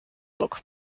look